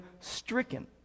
stricken